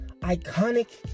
iconic